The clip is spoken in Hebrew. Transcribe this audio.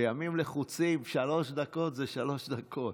בימים לחוצים, שלוש דקות זה שלוש דקות.